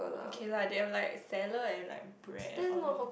okay lah there have like salad and like bread and all those